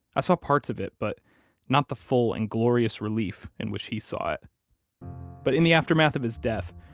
i saw parts of it, but not the full and glorious relief in which he saw it but in the aftermath of his death,